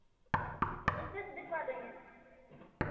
दूसरे से दिखवा देंगे